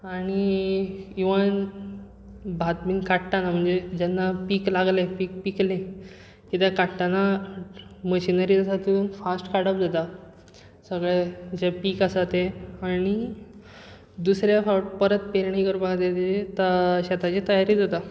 आनी इवन भात बी काडटाना म्हणजे पीक लागलें पीक पिकलें कितें काडटाना मशीनरी काडून फास्ट काडप जाता सगळें जें पीक आसा तें आनी दुसऱ्या फावट परत पेरणी करपाक जाय ताची शेताची तयारी जाता